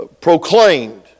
proclaimed